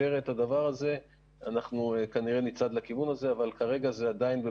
שלו לאור ההשתפרות בחקירות האפידמיולוגיות אבל עדיין יש לו